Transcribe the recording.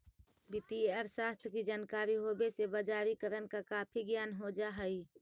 वित्तीय अर्थशास्त्र की जानकारी होवे से बजारिकरण का काफी ज्ञान हो जा हई